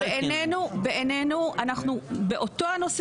בעינינו אנחנו באותו הנושא,